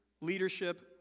leadership